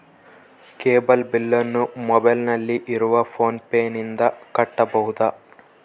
Cable ಬಿಲ್ಲನ್ನು ಮೊಬೈಲಿನಲ್ಲಿ ಇರುವ ಫೋನ್ ಪೇನಿಂದ ಕಟ್ಟಬಹುದಾ?